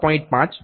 5 પછી છે